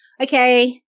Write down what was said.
okay